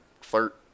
flirt